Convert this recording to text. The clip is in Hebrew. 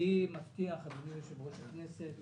אני מבטיח, אדוני, יושב-ראש הכנסת,